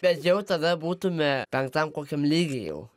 bet jau tada būtume penktam kokiam lygy jau